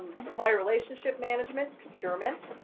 um supplier relationship management, procurement.